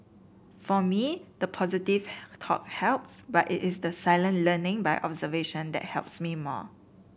for me the positive talk helps but it is the silent learning by observation that helps me more